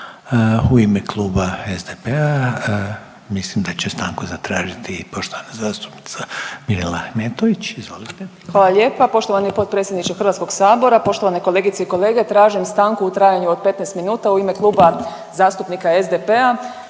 U ime kluba SDP-a mislim da će stanku zatražiti poštovana zastupnica Mirela Ahmetović. Izvolite. **Ahmetović, Mirela (SDP)** Hvala lijepo. Poštovani potpredsjedniče HS-a, poštovane kolegice i kolege. Tražim stanku u trajanju od 15 minuta u ime Kluba zastupnika SDP-a